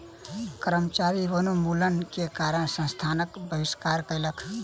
कर्मचारी वनोन्मूलन के कारण संस्थानक बहिष्कार कयलक